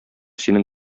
синең